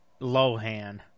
Lohan